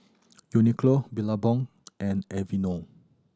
Uniqlo Billabong and Aveeno